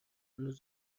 هنوز